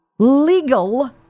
Legal